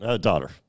daughter